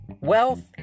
Wealth